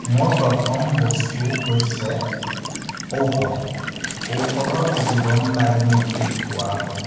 মোৰ প্ৰথম বস্তু হৈছে ঔষধ ঔষধক জীৱনদায়িনী বুলি কোৱা হয়